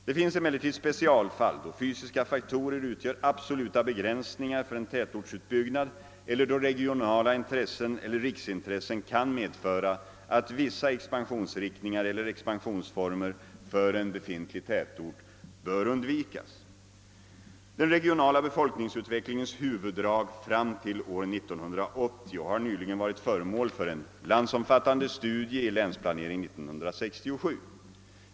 Det finns emellertid specialfall, då fysiska faktorer utgör absoluta begränsningar för en tätortsutbyggnad eller då regionala intressen eller riksintressen kan medföra, att vissa expansionsriktningar eller expansionsformer för en befintlig tätort bör undvikas. Den regionala befolkningsutvecklingens huvuddrag fram till år 1980 har nyligen varit föremål för en landsomfattande studie i länsplanering 1967.